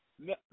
No